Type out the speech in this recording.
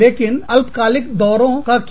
लेकिन अल्पकालिक दौरों का क्या